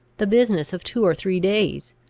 the business of two or three days.